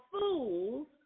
Fools